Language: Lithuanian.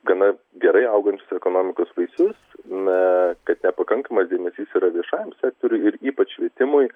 gana gerai augančius ekonomikos vaisius na kad nepakankamai dėmesys yra viešajam sektoriui ir ypač švietimui